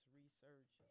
research